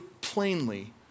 plainly